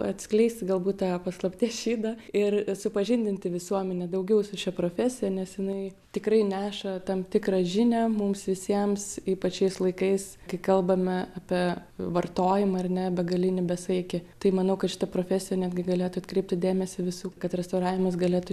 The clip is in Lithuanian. atskleis galbūt tą paslapties šydą ir supažindinti visuomenę daugiau su šia profesija nes jinai tikrai neša tam tikrą žinią mums visiems ypač šiais laikais kai kalbame apie vartojimą ar ne begalinį besaikį tai manau kad šita profesija netgi galėtų atkreipti dėmesį visų kad restauravimas galėtų